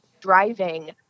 driving